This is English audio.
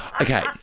Okay